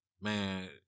Man